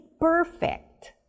perfect